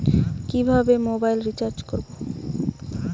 কিভাবে mobile recharge করব?